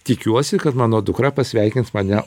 tikiuosi kad mano dukra pasveikins mane